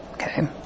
Okay